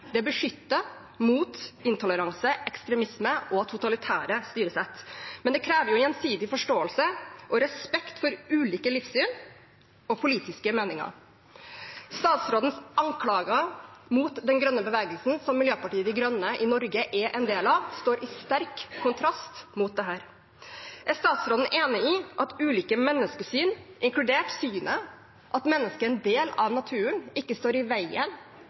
det beskytter mot intoleranse, ekstremisme og totalitære styresett. Men det krever gjensidig forståelse og respekt for ulike livssyn og politiske meninger. Statsrådens anklager mot den grønne bevegelsen, som Miljøpartiet De Grønne i Norge er en del av, står i sterk kontrast til dette. Er statsråden enig i at ulike menneskesyn, inkludert det synet at mennesket er en del av naturen, ikke står i veien